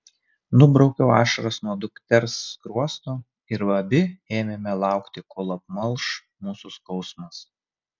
nubraukiau ašaras nuo dukters skruosto ir abi ėmėme laukti kol apmalš mūsų skausmas